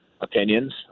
opinions